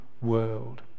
world